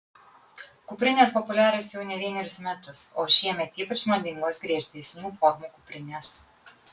kuprinės populiarios jau ne vienerius metus o šiemet ypač madingos griežtesnių formų kuprinės